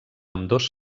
ambdós